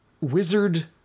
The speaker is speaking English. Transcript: wizard